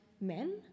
men